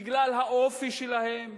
בגלל האופי שלהן,